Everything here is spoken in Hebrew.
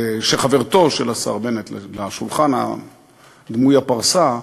חברתו של השר בנט לשולחן דמוי הפרסה,